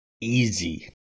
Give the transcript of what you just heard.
easy